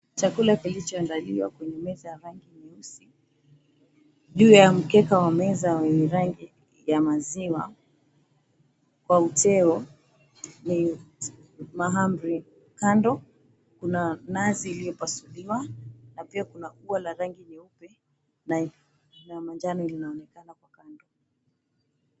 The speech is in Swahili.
Chakula kilichoandaliwa kwenye meza ya rangi nyeusi juu ya mkeka wa meza wenye rangi ya maziwa kwa uteo ni mahamri kando. Kuna nazi iliyopasuliwa na pia kuna ua la rangi nyeupe na na manjano linaonekana kwa kando.